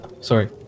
Sorry